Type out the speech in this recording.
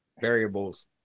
variables